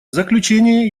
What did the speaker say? заключение